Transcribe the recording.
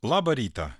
labą rytą